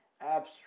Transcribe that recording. abstract